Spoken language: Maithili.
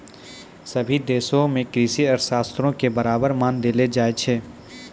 सभ्भे देशो मे कृषि अर्थशास्त्रो के बराबर मान देलो जाय छै